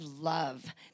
love